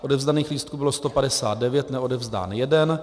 Odevzdaných lístků bylo 159, neodevzdán jeden.